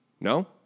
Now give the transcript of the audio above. No